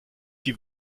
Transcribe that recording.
sie